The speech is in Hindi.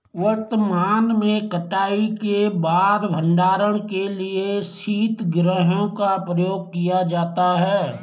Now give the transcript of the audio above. वर्तमान में कटाई के बाद भंडारण के लिए शीतगृहों का प्रयोग किया जाता है